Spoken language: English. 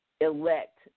elect